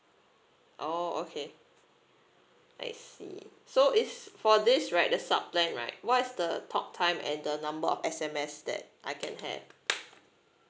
oh okay I see so is for this right the sub plan right what is the talk time and the number of S_M_S that I can have